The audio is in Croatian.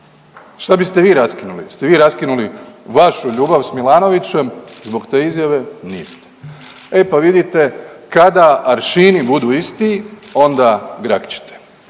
Šta biste vi raskinuli, jeste vi raskinuli vašu ljubav s Milanovićem, niste. E pa vidite kada aršini budu isti onda grakćite.